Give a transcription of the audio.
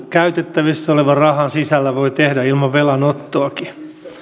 käytettävissä olevan rahan sisällä voi tehdä ilman velanottoakin